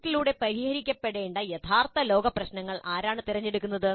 പ്രോജക്റ്റിലൂടെ പരിഹരിക്കപ്പെടേണ്ട യഥാർത്ഥ ലോക പ്രശ്നങ്ങൾ ആരാണ് തിരഞ്ഞെടുക്കുന്നത്